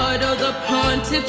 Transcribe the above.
and the parens